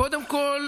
קודם כול,